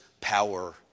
power